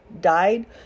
died